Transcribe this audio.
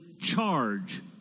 charge